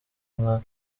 nka